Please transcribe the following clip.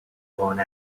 gone